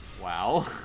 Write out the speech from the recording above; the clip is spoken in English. Wow